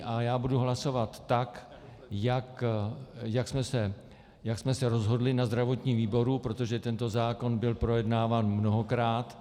A já budu hlasovat tak, jak jsme se rozhodli na zdravotním výboru, protože tento zákon byl projednáván mnohokrát.